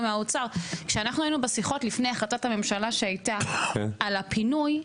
כשהיינו בשיחות לפני החלטת הממשלה שהייתה על הפינוי,